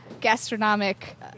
gastronomic